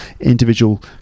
individual